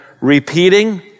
repeating